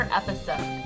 episode